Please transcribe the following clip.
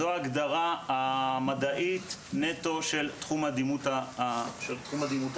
זאת ההגדרה המדעית של תחום הדימות הרפואית.